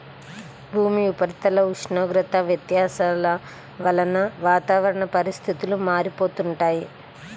భూమి ఉపరితల ఉష్ణోగ్రత వ్యత్యాసాల వలన వాతావరణ పరిస్థితులు మారిపోతుంటాయి